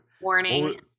warning